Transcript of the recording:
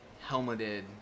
helmeted